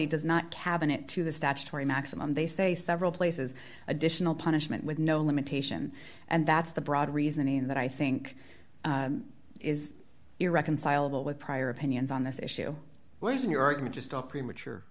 plurality does not cabinet to the statutory maximum they say several places additional punishment with no limitation and that's the broad reasoning that i think is irreconcilable with prior opinions on this issue whereas in your argument is still premature